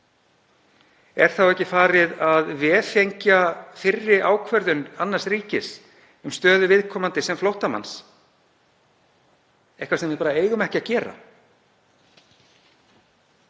Er þá ekki farið að vefengja fyrri ákvörðun annars ríkis um stöðu viðkomandi sem flóttamanns, eitthvað sem við eigum ekki að gera?